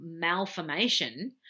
malformation